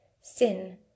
sin